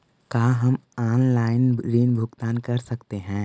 का हम आनलाइन ऋण भुगतान कर सकते हैं?